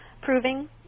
proving